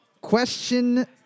Question